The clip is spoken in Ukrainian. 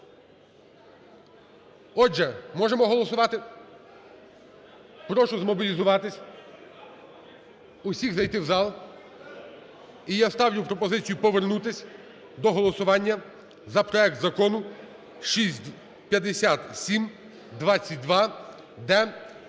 Отже, можемо голосувати? Прошу змобілізуватись, усіх зайти у зал. І я ставлю пропозицію повернутись до голосування за проект закону шість…